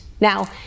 Now